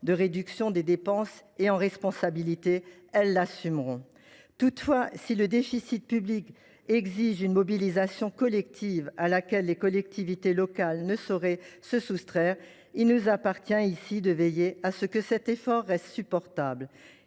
de réduction des dépenses ; en responsabilité, elles l’assumeront. Toutefois, si la réduction du déficit public exige une mobilisation collective, à laquelle les collectivités locales ne sauraient se soustraire, il nous appartient de veiller à ce que l’effort reste supportable.